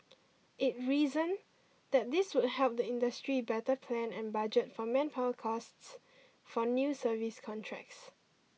it reasoned that this would help the industry better plan and budget for manpower costs for new service contracts